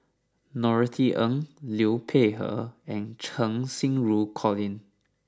Norothy Ng Liu Peihe and Cheng Xinru Colin